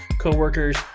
coworkers